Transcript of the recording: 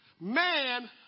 man